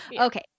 Okay